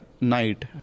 Night